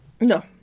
No